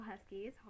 huskies